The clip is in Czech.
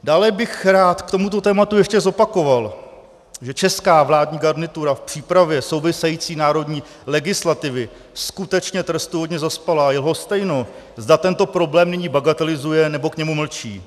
Dále bych rád k tomuto tématu ještě zopakoval, že česká vládní garnitura v přípravě související národní legislativy skutečně trestuhodně zaspala a je lhostejno, zda tento problém nyní bagatelizuje, nebo k němu mlčí.